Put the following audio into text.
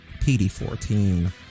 PD14